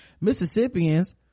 mississippians